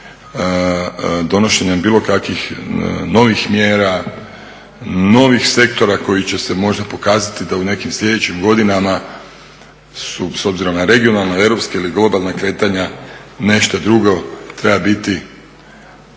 donošenja bilo kakvih novih mjera, novih sektora koji će se možda pokazati da u nekim sljedećim godinama su s obzirom na regionalna, europska ili globalna kretanja nešto drugo treba biti